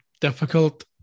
difficult